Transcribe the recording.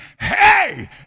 hey